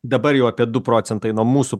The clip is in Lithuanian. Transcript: dabar jau apie du procentai nuo mūsų